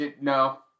No